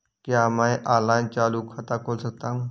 क्या मैं ऑनलाइन चालू खाता खोल सकता हूँ?